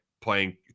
playing –